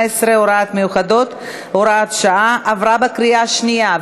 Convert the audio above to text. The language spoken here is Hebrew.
(הוראות מיוחדות) (הוראת שעה) עברה בקריאה שנייה.